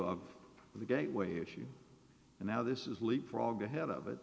of the gateway issue and now this is leapfrog ahead of it